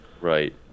Right